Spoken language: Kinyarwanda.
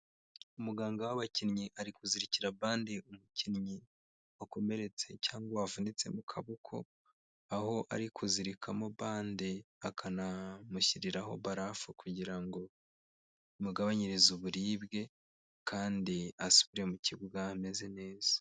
Umuganga w'abakinnyi ari kuzirikira bande umukinnyi wakomeretse cyangwa wavunitse mu kaboko aho ari kuzirikamo bande akanamushyiriraho barafu kugira ngo imugabanyirize uburibwe kandi asubire mu kibuga ameze neza.